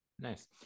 Nice